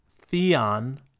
Theon